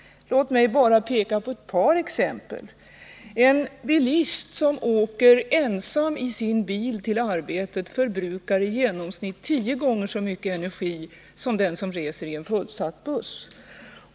Låt mig bara peka på ett par exempel. En bilist som åker ensam i sin bil till arbetet förbrukar i genomsnitt tio gånger så mycket energi som den som reser i en fullsatt buss.